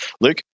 Luke